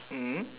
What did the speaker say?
mm